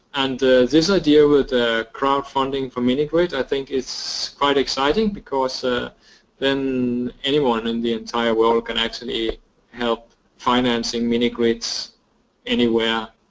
and this idea with crowd funding for mini-grid i think is quite exciting because ah then anyone in the entire world can actually help financing mini-grids anywhere